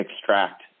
extract